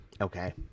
Okay